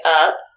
up